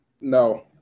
No